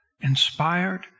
inspired